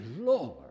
Lord